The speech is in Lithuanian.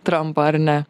trampą ar ne